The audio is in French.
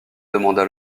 demanda